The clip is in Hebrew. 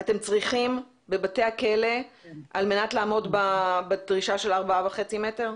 אתם צריכים בבתי הכלא על מנת לעמוד בדרישה של 4.5 מ"ר?